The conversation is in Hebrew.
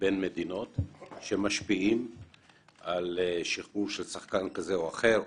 בין מדינות שמשפיעים על שחרור של שחקן זה או אחר,